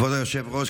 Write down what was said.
כבוד היושב-ראש,